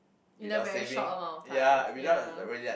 in the very short amount of time ya